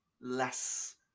less